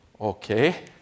Okay